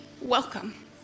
welcome